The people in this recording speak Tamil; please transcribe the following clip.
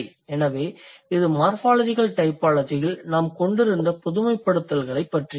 எனவே இது மார்ஃபாலஜிகல் டைபாலஜியில் நாம் கொண்டிருந்த பொதுமைப்படுத்துதல்களைப் பற்றியது